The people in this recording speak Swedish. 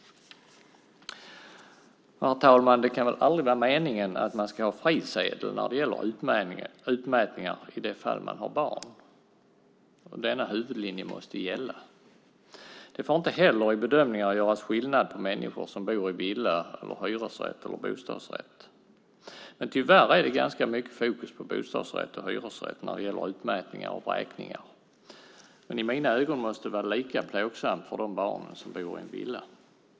Herr talman! Det kan aldrig vara meningen att man ska ha frisedel när det gäller utmätningar i det fall man har barn. Denna huvudlinje måste gälla. Det får inte heller i bedömningar göras skillnad på människor som bor i en villa, hyresrätt eller bostadsrätt. Tyvärr är det ganska mycket fokus på bostadsrätt och hyresrätt när det gäller utmätningar och vräkningar, men i mina ögon måste det vara lika plågsamt för de barn som bor i en villa.